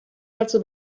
dazu